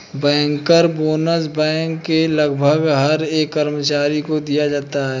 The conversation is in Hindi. बैंकर बोनस बैंक के लगभग हर एक कर्मचारी को दिया जाता है